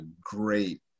great